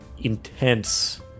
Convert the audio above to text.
intense